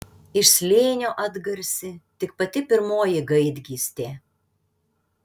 iš slėnio atgarsi tik pati pirmoji gaidgystė